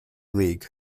league